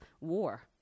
war